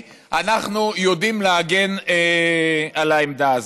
ואנחנו יודעים להגן על העמדה הזאת.